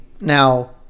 Now